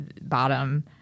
bottom